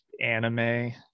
anime